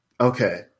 Okay